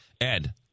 Ed